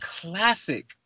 classic